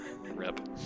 rip